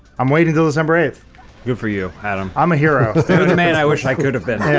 i'm waiting till december eighth good for you adam. i'm a hero man. i wish i could have been here